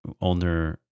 older